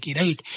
right